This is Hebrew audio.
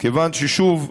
כיוון ששוב,